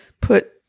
put